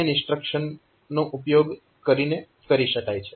આ SCASB ઇન્સ્ટ્રક્શનનો ઉપયોગ કરીને કરી શકાય છે